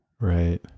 right